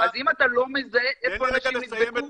אז אם אתה לא מזהה איפה אנשים נדבקו,